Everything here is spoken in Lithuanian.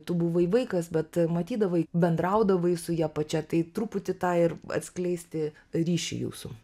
tu buvai vaikas bet matydavai bendraudavai su ja pačia tai truputį tą ir atskleisti ryšį jūsų